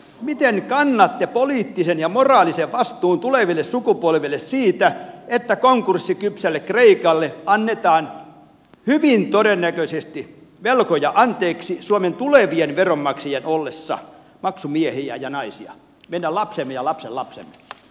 miten kannatte poliittisen ja moraalisen vastuun tuleville sukupolville siitä että konkurssikypsälle kreikalle annetaan hyvin todennäköisesti velkoja anteeksi suomen tulevien veronmaksajien ollessa maksumiehiä ja naisia meidän lastemme ja lastenlastemme